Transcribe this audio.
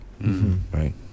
right